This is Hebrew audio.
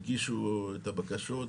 הגישו את הבקשות,